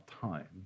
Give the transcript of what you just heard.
time